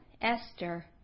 Esther